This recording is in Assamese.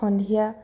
সন্ধিয়া